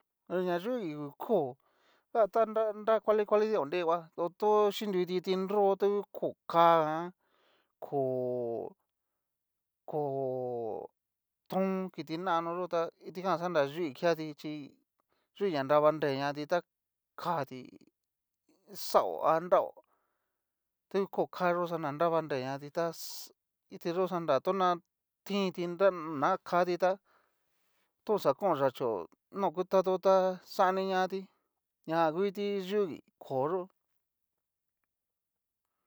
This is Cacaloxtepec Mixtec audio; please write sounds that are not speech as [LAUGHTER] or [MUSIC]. Aña yúi hu koo via ta nra kuali kuali ti ta oriva, do tu chinruti kiti nro ta ngu koo káa jan koo [HESITATION] tón kiti nano yó tá kitijan xanra yui kiati chí yui ña nrav nreñati tá kati xao a nraó, ta ngu koo ká yo xanra nrav nre ñati ta xisss kiti yó xanra, tona tinti nrami na kati tá, to oxa kon yachío kutato tá xaniñati ñajan ngu kiti yugi koo yó.